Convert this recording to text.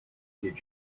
did